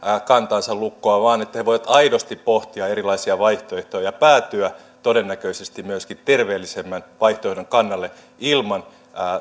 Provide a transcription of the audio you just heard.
kantaansa lukkoon vaan että he voivat aidosti pohtia erilaisia vaihtoehtoja ja päätyä todennäköisesti myöskin terveellisemmän vaihtoehdon kannalle ilman